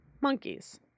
monkeys